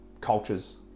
cultures